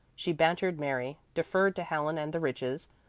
she bantered mary, deferred to helen and the riches,